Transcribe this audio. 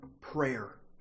prayer